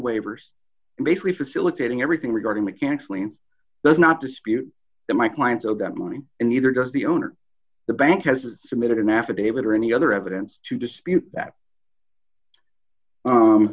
waivers and basically facilitating everything regarding mechanics land does not dispute that my client so got money and neither does the owner the bank has submitted an affidavit or any other evidence to dispute that